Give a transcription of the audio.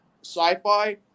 sci-fi